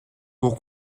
pour